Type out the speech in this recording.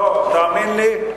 לא, תאמין לי,